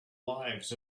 lives